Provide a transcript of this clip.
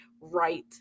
right